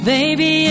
Baby